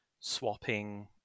swapping